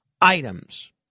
items